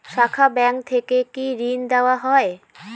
শাখা ব্যাংক থেকে কি ঋণ দেওয়া হয়?